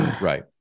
Right